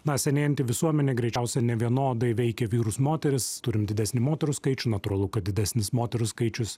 na senėjanti visuomenė greičiausiai nevienodai veikia vyrus moteris turim didesnį moterų skaičių natūralu kad didesnis moterų skaičius